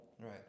Right